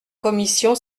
commission